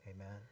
Amen